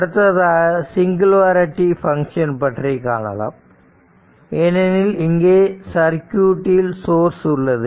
அடுத்ததாக singularity function பற்றி காணலாம் ஏனெனில் இங்கே சர்க்யூட்டில் சோர்ஸ் உள்ளது